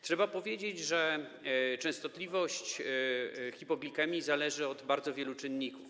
Trzeba powiedzieć, że częstotliwość hipoglikemii zależy od bardzo wielu czynników.